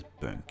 punk